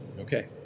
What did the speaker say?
Okay